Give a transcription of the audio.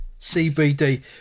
CBD